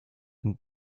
wenn